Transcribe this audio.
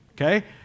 okay